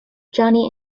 johnnie